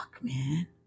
man